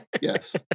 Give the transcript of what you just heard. yes